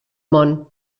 món